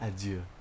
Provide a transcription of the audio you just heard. Adieu